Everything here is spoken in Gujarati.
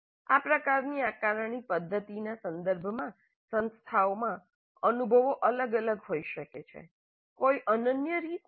આ પ્રકારની આકારણી પદ્ધતિના સંદર્ભમાં સંસ્થાઓમાં અનુભવો અલગ અલગ હોય છે કોઈ અનન્ય રીત નથી